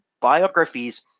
biographies